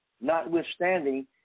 notwithstanding